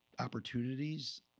opportunities